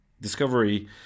discovery